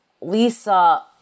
Lisa